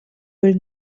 will